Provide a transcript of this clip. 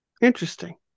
Interesting